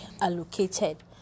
allocated